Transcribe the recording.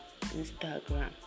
instagram